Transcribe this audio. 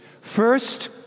First